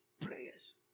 Prayers